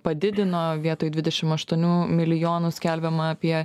padidina vietoj dvidešim aštuonių milijonų skelbiama apie